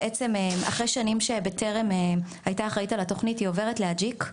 אחרי שנים שבטרם הייתה אחראית על התוכנית היא עוברת לאג'יק,